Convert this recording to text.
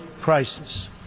crisis